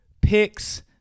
picks